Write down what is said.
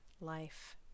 life